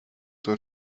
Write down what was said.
door